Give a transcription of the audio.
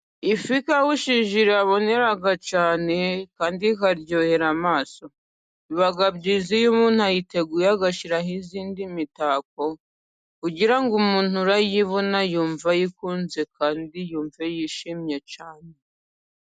Ifi ikawushije irabonera cyane kandi ikaryohera amaso, biba byiza iyo umuntu ayiteguye agashyiraho iyindi mitako, kugira ngo umuntu urayibona yumve ayikunze kandi yumve yishimye cyane.